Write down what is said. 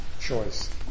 choice